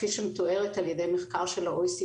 כפי שמתוארת על ידי מחקר של ה-OECD,